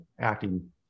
acting